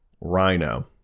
rhino